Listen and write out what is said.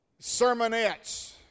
sermonettes